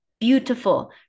Beautiful